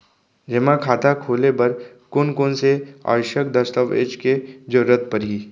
जेमा खाता खोले बर कोन कोन से आवश्यक दस्तावेज के जरूरत परही?